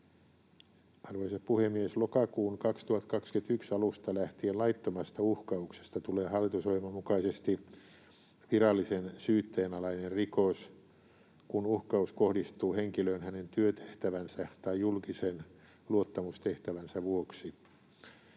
Arvoisa puhemies! Lokakuun 2021 alusta lähtien laittomasta uhkauksesta tulee hallitusohjelman mukaisesti virallisen syytteen alainen rikos, kun uhkaus kohdistuu henkilöön hänen työtehtävänsä tai julkisen luottamustehtävänsä vuoksi.